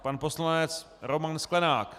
Pan poslanec Roman Sklenák.